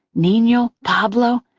nino. pablo.